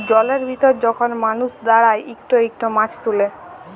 জলের ভিতরে যখল মালুস দাঁড়ায় ইকট ইকট মাছ তুলে